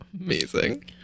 Amazing